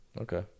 Okay